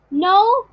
No